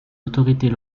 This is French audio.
autorités